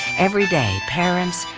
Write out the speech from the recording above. every day parents,